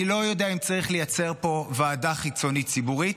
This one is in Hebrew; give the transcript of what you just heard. אני לא יודע אם צריך לייצר פה ועדה חיצונית ציבורית.